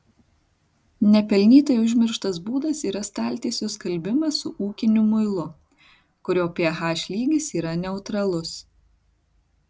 nepelnytai užmirštas būdas yra staltiesių skalbimas su ūkiniu muilu kurio ph lygis yra neutralus